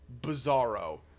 Bizarro